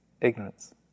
ignorance